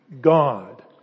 God